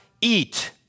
eat